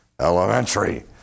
elementary